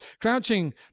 Crouching